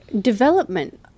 Development